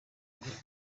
ndwara